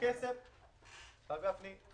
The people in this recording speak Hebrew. הרב גפני,